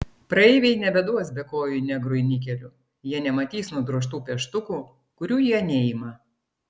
praeiviai nebeduos bekojui negrui nikelių jie nematys nudrožtų pieštukų kurių jie neima